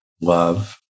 love